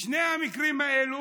בשני המקרים האלה